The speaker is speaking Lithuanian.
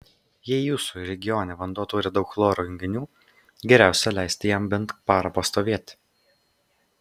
jei jūsų regione vanduo turi daug chloro junginių geriausia leisti jam bent parą pastovėti